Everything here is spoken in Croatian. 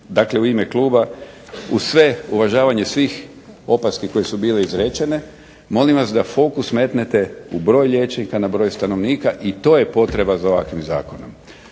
Dakle, u ime Kluba, uz sve uvažavanje svih opaski koje su bile izrečene molim da fokus metnete u broj liječnika na broj stanovnika i to je potreba za ovakvim zakonom.